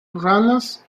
ranas